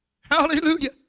hallelujah